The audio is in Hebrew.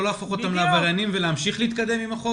לא להפוך אותם לעבריינים ולהמשיך להתקדם עם החוק?